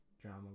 drama